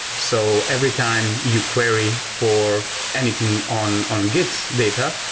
so every time you query for anything on on git data,